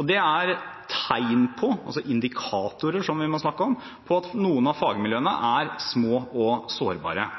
Dette er tegn på, indikatorer som vi må snakke om, at noen av fagmiljøene er små og sårbare.